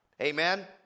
Amen